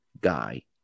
guy